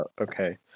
Okay